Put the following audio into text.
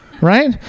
Right